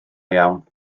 iawn